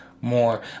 more